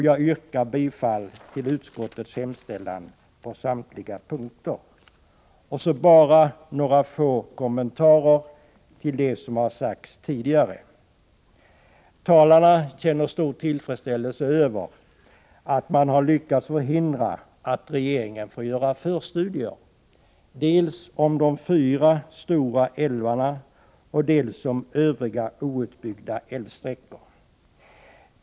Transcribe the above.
Jag yrkar bifall till utskottets hemställan på samtliga punkter. Jag vill göra bara några få kommentarer till det som har sagts tidigare i debatten. Talarna känner stor tillfredsställelse över att man har lyckats förhindra att regeringen får göra förstudier dels om de fyra stora älvarna, dels om övriga outbyggda älvsträckor.